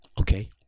Okay